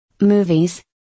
Movies